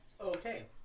Okay